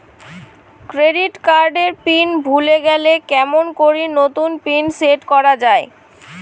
Credit card এর pin ভুলে গেলে কেমন করি নতুন পিন সেট করা য়ায়?